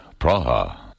Praha